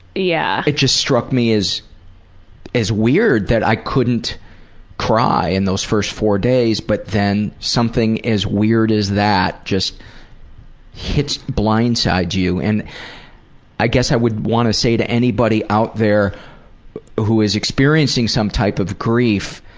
yeah. it just struck me as as weird that i couldn't cry in those first four days but then something as weird as that just hits blindsides you and i guess i would want to say to anybody out there who is experiencing some type of grief,